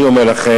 אני אומר לכם,